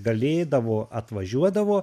galėdavo atvažiuodavo